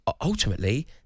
ultimately